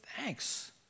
thanks